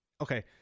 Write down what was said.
okay